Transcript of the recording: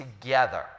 together